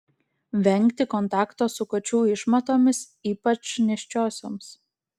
vengti kontakto su kačių išmatomis ypač nėščiosioms